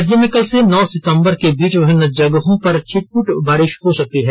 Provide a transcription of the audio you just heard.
राज्य में कल से नौ सितंबर के बीच विभिन्न जगहों पर छिट पुट बारिश हो सकती है